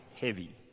heavy